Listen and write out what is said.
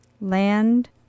land